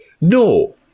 no